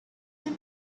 him